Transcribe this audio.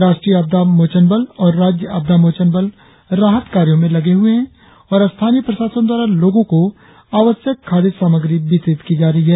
राष्ट्रीय आपदा मोचन बल और राज्य आपदा मोचन बल राहत कार्यों में लगे हुए है और स्थानीय प्रशासन द्वारा लोगों को आवश्यक खाद्य सामग्री वितरित की जा रही है